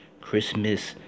Christmas